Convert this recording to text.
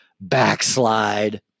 backslide